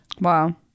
Wow